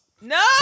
no